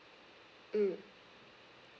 mm